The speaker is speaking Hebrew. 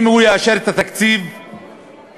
אם הוא יאשר את התקציב באוגוסט,